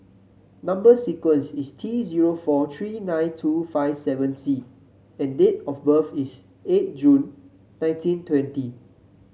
number sequence is T zero four three nine two five seven C and date of birth is eight June nineteen twenty